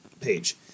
page